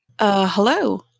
Hello